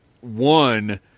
One